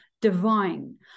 divine